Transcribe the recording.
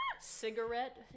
Cigarette